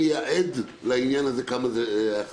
אני העד לעניין הזה, כמה זה חשוב.